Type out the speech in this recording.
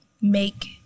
make